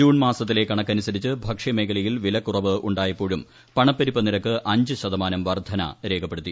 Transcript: June മാസത്തിലെ കണക്കനുസരിച്ച് ഭക്ഷ്യമേഖലയിൽ വിലക്കുറവ് ഉണ്ടായപ്പോഴും പണപ്പെരുപ്പ നിരക്ക് അഞ്ച് ശതമാനം വർധന രേഖപ്പെടുത്തി